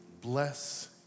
bless